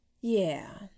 Yeah